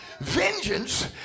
Vengeance